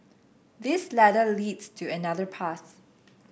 this ladder leads to another path